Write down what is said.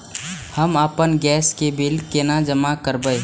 हम आपन गैस के बिल केना जमा करबे?